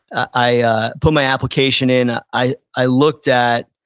i put my application in. i i looked at,